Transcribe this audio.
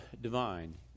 divine